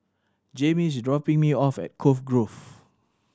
Jammie is dropping me off at Cove Grove